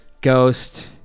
Ghost